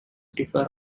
differ